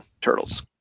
Turtles